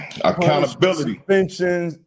Accountability